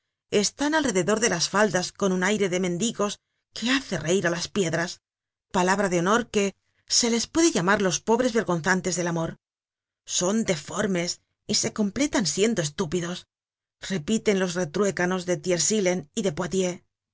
están alrededor de las faldas con un aire de mendigos que hace reir á las piedras palabra de honor que se les puede llamar los pobres vergonzantes del amor son deformes y se completan siendo estúpidos repiten los retruécanos de